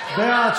בעד,